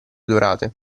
dorate